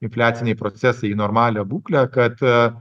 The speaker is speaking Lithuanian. infliaciniai procesai į normalią būklę kad a